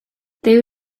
dduw